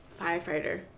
firefighter